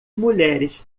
mulheres